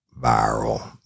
viral